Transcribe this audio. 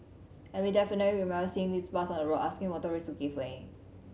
and we definitely remember seeing this bus on the road asking motorists to give way